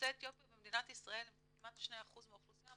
יוצאי אתיופיה במדינת ישראל הם כמעט 2% מהאוכלוסייה,